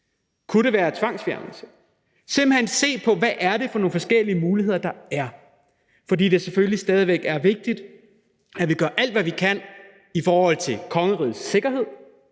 ønsker, at man simpelt hen ser på, hvad det er for nogle forskellige muligheder, der er, fordi det selvfølgelig stadig væk er vigtigt, at vi gør alt, hvad vi kan, i forhold til kongerigets sikkerhed,